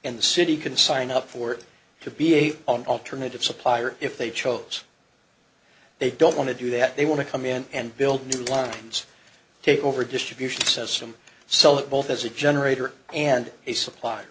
and the city can sign up for it to be a on alternative supplier if they chose they don't want to do that they want to come in and build new lines take over distribution system sell it both as a generator and a suppl